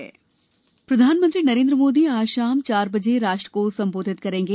मोदी संबोधन प्रधानमंत्री नरेंद्र मोदी आज शाम चार बजे राष्ट्र को संबोधित करेंगे